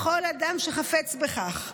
לכל אדם שחפץ בכך.